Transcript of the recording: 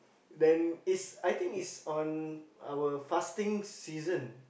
then is I think is on our fasting season